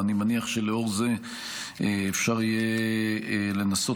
ואני מניח שלאור זה אפשר יהיה לנסות